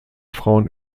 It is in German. frauen